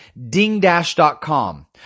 DingDash.com